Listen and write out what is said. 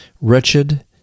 wretched